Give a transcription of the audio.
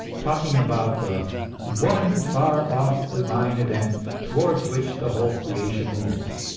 talking about the one far off divine event towards which the whole creation moves,